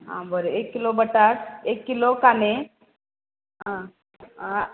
आ बरें एक किलो बटाट एक किलो काने आ आ